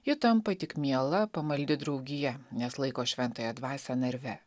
ji tampa tik miela pamaldi draugija nes laiko šventąją dvasią narve